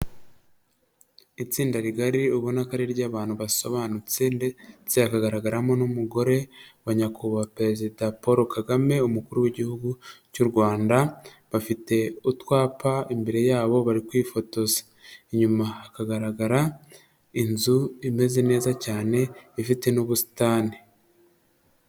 Itsinda rigari ubona ko ari iry'abantu basobanutse ndetse hakagaragaramo n'umugore wa nyakubahwa perezida Paul Kagame umukuru w'igihugu cy'u Rwanda, bafite utwapa imbere yabo bari kwifotoza, inyuma hakagaragara inzu imeze neza cyane ifite n'ubusitani.